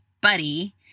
buddy